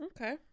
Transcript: okay